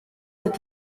that